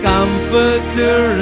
Comforter